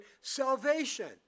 salvation